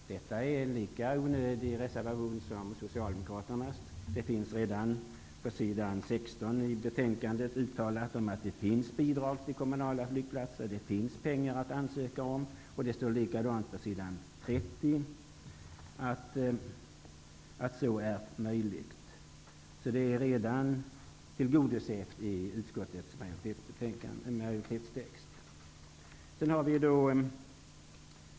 Det är en lika onödig reservation som Socialdemokraternas. Det är på s. 16 i betänkandet redan uttalat att det finns bidrag till kommunala flygplatser. Det finns pengar att ansöka om. Det står att läsa även på s. 30 i betänkandet att detta är möjligt. Så det kravet är också redan tillgodosett.